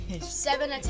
seven